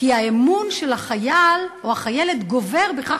כי האמון של החייל או החיילת גובר בכך